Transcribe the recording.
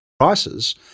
prices